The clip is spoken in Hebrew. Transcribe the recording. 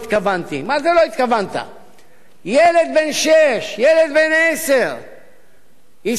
ילד בן שש, ילד בן עשר, ישראלי, יהודי, אם תרצו,